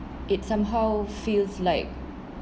it somehow feels like